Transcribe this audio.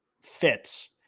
fits